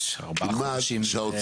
ארבעה חודשים זה,